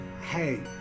Hey